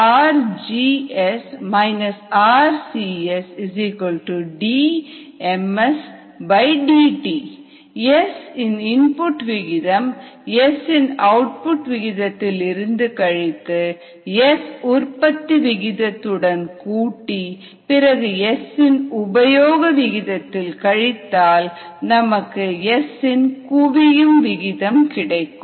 ris ros rgs rcs ddt S இன் input விகிதம் S இன் அவுட்புட் விகிதத்தில் இருந்து கழித்து S உற்பத்தி விகிதத்துடன் கூட்டி பிறகு S இன் உபயோக விகிதத்தில் கழித்தால் நமக்கு S இன் குவியும் விகிதம் கிடைக்கும்